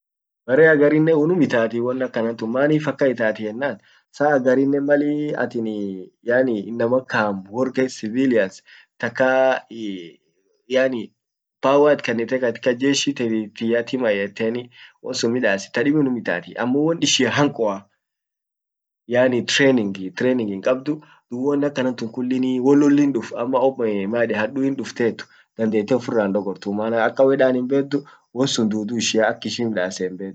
barre agar innen unum itati ennan, manif akkan ittati ennan saa agar innen mal attiniii yaani innamma kam wor kas civilians takka yaani power it kannite katika jeshi te tima yeteni wonsun middas it tadibi unnum itatii ammo won ishia hankoa yaani training training hinkabdu dub won akkanan tun kullin wollollin duf ama oppo ama maeden haduin duff dandete ufira hindogortu, maana ak kawwe dan himbeduu wonsun dudu ishia akishin ishi midasen himbedu.